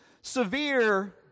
severe